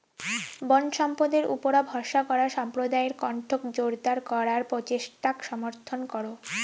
বনসম্পদের উপুরা ভরসা করা সম্প্রদায়ের কণ্ঠক জোরদার করার প্রচেষ্টাক সমর্থন করো